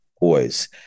boys